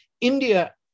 India